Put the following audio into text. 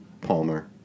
Palmer